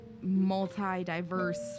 multi-diverse